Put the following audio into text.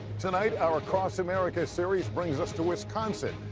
tonight, our cross america series brings us to wisconsin,